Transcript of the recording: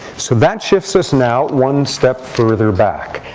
so that shifts us now one step further back.